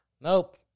nope